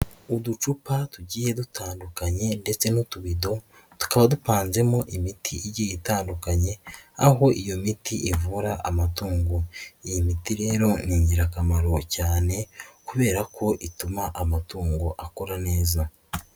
Uducupa tugiye dutandukanye ndetse n'utubido tukaba dupanzemo imiti igiye itandukanye aho iyo miti ivura amatungo, iyi miti rero ni ingirakamaro cyane kubera ko ituma amatungo akora neza.